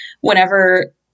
whenever